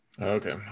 Okay